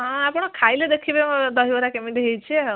ହଁ ଆପଣ ଖାଇଲେ ଦେଖିବେ ମ ଦହିବରା କେମିତି ହେଇଛି ଆଉ